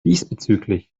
diesbezüglich